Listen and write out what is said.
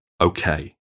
okay